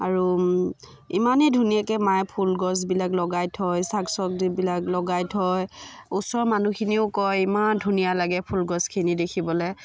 আৰু ইমানেই ধুনীয়াকৈ মায়ে ফুলগছবিলাক লগাই থয় শাক চব্জিবিলাক লগাই থয় ওচৰৰ মানুহখিনিয়েও কয় ইমান ধুনীয়া লাগে ফুলগছখিনি দেখিবলৈ